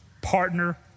partner